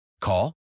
Call